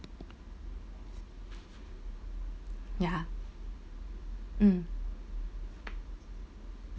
ya mm